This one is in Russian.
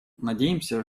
надеемся